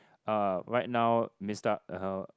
uh right now Mister uh